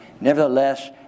Nevertheless